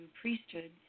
priesthood